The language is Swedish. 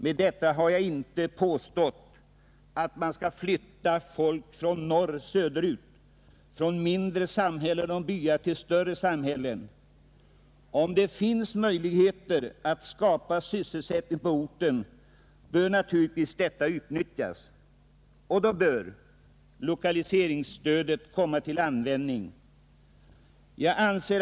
Med detta har jag inte velat påstå, att man skall flytta folk från norr till söder, från mindre byar och samhällen till större samhällen. Om det finns möjligheter att skapa sysselsättning på orten, bör dessa naturligtvis utnyttjas. Då bör lokaliseringsstödet komma till användning.